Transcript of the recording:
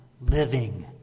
living